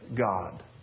God